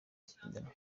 zigendanwa